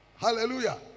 hallelujah